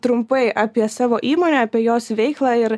trumpai apie savo įmonę apie jos veiklą ir